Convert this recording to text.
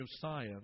Josiah